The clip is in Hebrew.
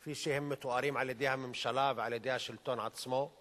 כפי שהם מתוארים על-ידי הממשלה ועל-ידי השלטון עצמו,